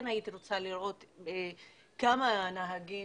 כן הייתי רוצה לראות כמה נהגים